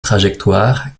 trajectoire